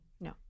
no